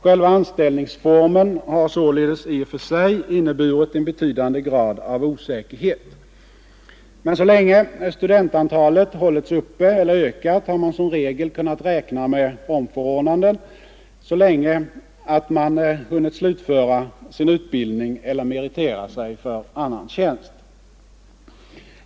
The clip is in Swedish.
Själva anställningsformen har således i och för sig inneburit en betydande grad av osäkerhet. Men så länge studentantalet hållits uppe eller ökat har man som regel kunnat räkna med omförordnande till dess att man hunnit slutföra sin utbildning eller meritera sig för annan tjänst.